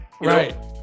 Right